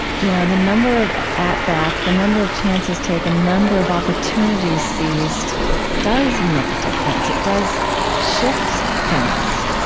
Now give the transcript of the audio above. you know the number of at-bats, the number of chances taken, number of opportunities seized does make a difference. it does shift things.